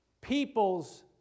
people's